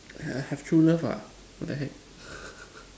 have true love ah what the heck